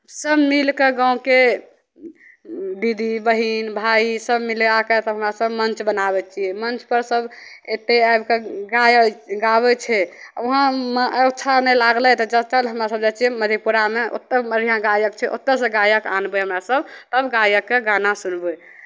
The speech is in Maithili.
सभ मिलि कऽ गाँवके दीदी बहिन भायसभ मिलि कऽ तब हमरासभ मंच बनाबै छियै मंचपर सभ अयतै आबि कऽ गायल गाबै छै वहाँ अच्छा नहि लागलै जँ चल हमरासभ जाइ छियै मधेपुरामे ओतय बढ़िआँ गायक छै ओतयसँ गायक आनबै हमरासभ तब गायकके गाना सुनबै